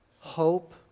hope